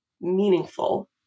meaningful